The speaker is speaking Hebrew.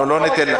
אנחנו לא ניתן לכם.